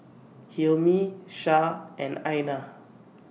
Hilmi Shah and Aina